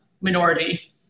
minority